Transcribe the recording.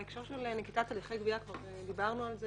בהקשר של נקיטת הליכי גבייה, כבר דיברנו על זה